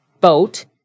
boat